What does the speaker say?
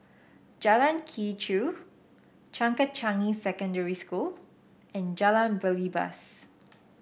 Jalan Quee Chew Changkat Changi Secondary School and Jalan Belibas